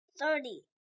thirty